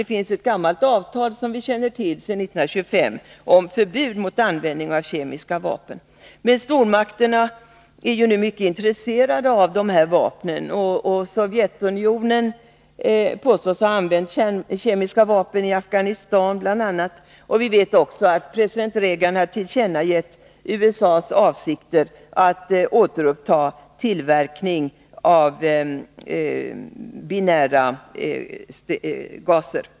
Det finns sedan 1925 ett avtal, som vi känner till, om förbud mot användning av kemiska vapen. Men stormakterna är nu mycket intresserade av dessa vapen. Sovjetunionen påstås ha använt kemiska vapen i Afghanistan bl.a., och vi vet att president Reagan har tillkännagett USA:s avsikter att återuppta tillverkning av binära stridsgaser.